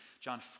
John